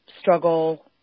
struggle